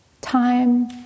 Time